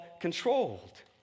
controlled